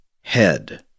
head